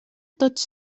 tots